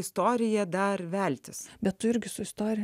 istoriją dar veltis bet tu irgi susitarę